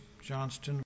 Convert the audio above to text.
Johnston